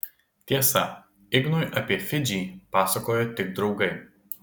tiesa ignui apie fidžį pasakojo tik draugai